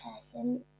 person